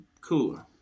cooler